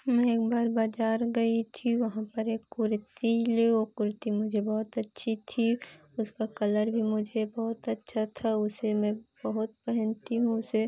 मैं एक बाज़ार गए थी वहाँ पर एक कुर्ती लेओ कुर्ती मुझे बहुत अच्छी थी उसका कलर भी मुझे बहुत अच्छा था उसे मैं बहुत पहनती हूँ उसे